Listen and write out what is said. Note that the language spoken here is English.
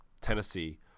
Tennessee